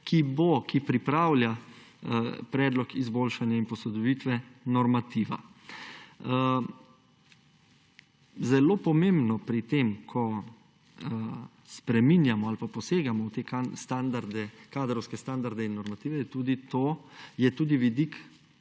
ki pripravlja predlog izboljšanja in posodobitve normativa. Zelo pomembno pri tem, ko spreminjamo ali pa posegamo v te kadrovske standarde in normative, je tudi vidik,